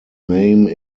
name